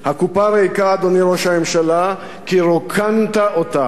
הקופה ריקה, אדוני ראש הממשלה, כי רוקנת אותה,